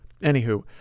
Anywho